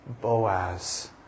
Boaz